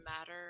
matter